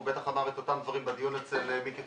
והוא בטח אמר את אותם דברים בדיון אצל מיקי חיימוביץ',